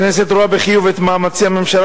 הכנסת רואה בחיוב את מאמצי הממשלה